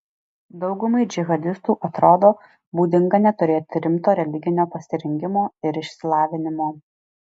daugumai džihadistų atrodo būdinga neturėti rimto religinio pasirengimo ir išsilavinimo